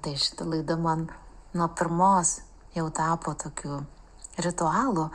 tai šita laida man nuo pirmos jau tapo tokiu ritualu